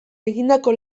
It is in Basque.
egindako